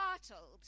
startled